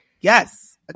yes